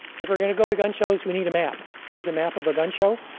if we're going to go to gun shows, we need a map. here's a map of a gun show.